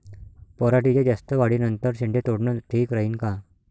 पराटीच्या जास्त वाढी नंतर शेंडे तोडनं ठीक राहीन का?